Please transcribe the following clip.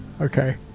Okay